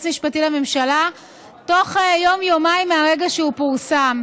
משפטי לממשלה בתוך יום-יומיים מהרגע שהוא פורסם,